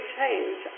change